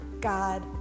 God